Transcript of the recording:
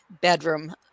bedroom